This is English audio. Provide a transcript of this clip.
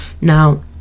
now